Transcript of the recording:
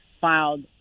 filed